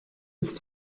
ist